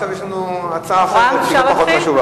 עכשיו יש לנו הצעה אחרת שהיא לא פחות חשובה.